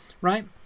right